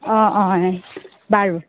অঁ অঁ বাৰু